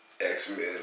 X-Men